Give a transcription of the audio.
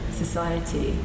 society